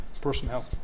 personnel